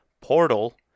Portal